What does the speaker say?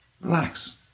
Relax